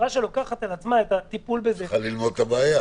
חברה שלוקחת על עצמה את הטיפול בזה --- היא צריכה ללמוד את הבעיה.